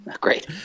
Great